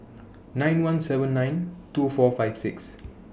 nine one seven nine two four five six